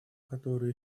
которые